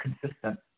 Consistent